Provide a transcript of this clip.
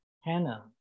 Hannah